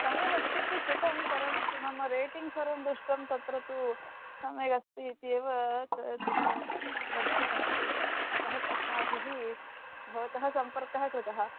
सम्यगस्ति इति श्रुतं परन्तु मम रेटिङ्ग् सर्वं दृष्टं तत्र तु सम्यगस्ति इत्येव तत्र दर्शितम् अतः अस्माभिः भवतः सम्पर्कः कृतः